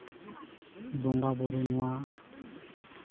ᱵᱚᱸᱜᱟᱼᱵᱳᱨᱳ ᱱᱚᱣᱟ